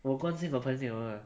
will purpose opposite know